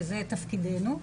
וזה תפקידנו.